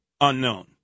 unknown